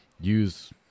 use